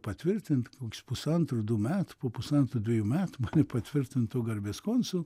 patvirtint kokius pusantro du metų po pusantrų dviejų metų patvirtintu garbės konsulu